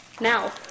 Now